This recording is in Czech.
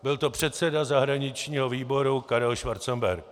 Byl to předseda zahraničního výboru Karel Schwarzenberg.